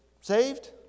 saved